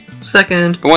second